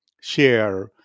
share